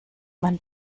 man